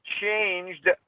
changed